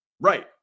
right